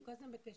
אני כל הזמן בקשר.